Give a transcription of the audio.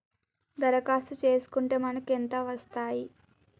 దరఖాస్తు చేస్కుంటే మనకి ఎంత వస్తాయి?